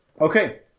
Okay